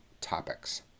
topics